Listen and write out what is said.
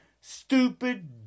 stupid